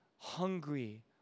hungry